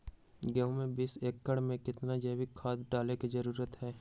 गेंहू में बीस एकर में कितना जैविक खाद डाले के जरूरत है?